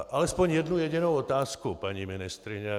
A alespoň jednu jedinou otázku, paní ministryně.